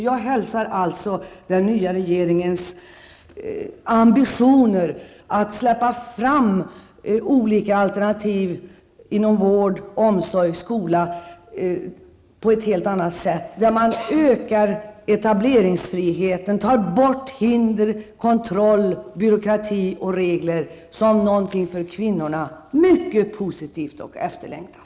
Jag ser alltså den nya regeringens ambitioner att på ett helt annat sätt släppa fram olika alternativ inom vård, omsorg och skola, att öka etableringsfriheten, ta bort hinder, kontroll, byråkrati och regler som någonting för kvinnorna mycket positivt och efterlängtat.